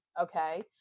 okay